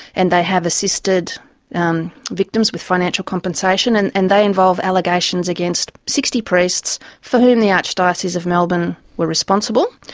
and they have assisted um victims with financial compensation, and and they involve allegations against sixty priests for whom the archdiocese of melbourne were responsible.